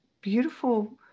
beautiful